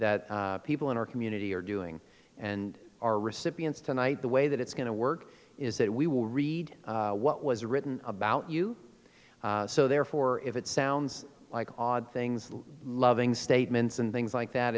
that people in our community are doing and our recipients tonight the way that it's going to work is that we will read what was written about you so therefore if it sounds like odd things loving statements and things like that